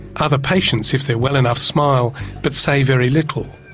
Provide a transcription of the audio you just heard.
other patients if they're well enough smile but say very little.